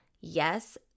Yes